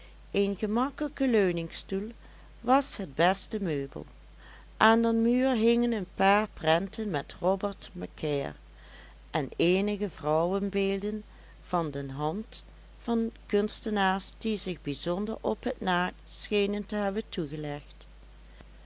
een gemakkelijke leuningstoel was het beste meubel aan den muur hingen een paar prenten met robert macaire en eenige vrouwenbeelden van de hand van kunstenaars die zich bijzonder op het naakt schenen te hebben toegelegd